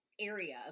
area